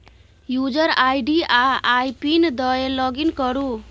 user ID आ I pin दए login करु